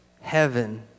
Heaven